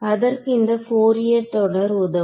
அதற்கு இந்த ஃபோரியர் தொடர் உதவும்